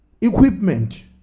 equipment